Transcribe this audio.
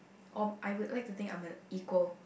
or I would like to think I'm a equal